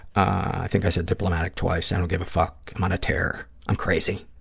i think i said diplomatic twice. i don't give a fuck. i'm on a terror. i'm crazy.